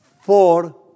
Four